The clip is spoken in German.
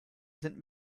sind